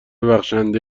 بخشنده